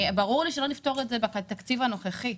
ברור לי שלא נפתור את זה בתקציב הנוכחי,